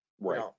Right